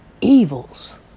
Evils